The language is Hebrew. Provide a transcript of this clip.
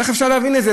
איך אפשר להבין את זה?